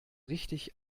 richtig